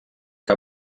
que